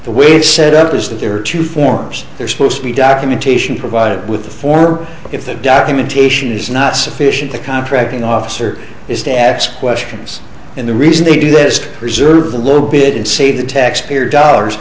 the way it's set up is that there are two forms they're supposed to be documentation provided with the former if the documentation is not sufficient the contracting officer is to ask questions and the reason they do this reserve the low bid and save the taxpayer dollars